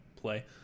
play